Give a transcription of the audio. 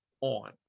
on